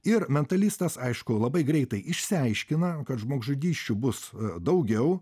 ir mentalistas aišku labai greitai išsiaiškina kad žmogžudysčių bus daugiau